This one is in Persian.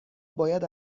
باید